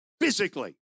physically